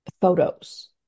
Photos